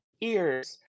ears